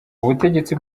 ubutegetsi